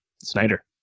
Snyder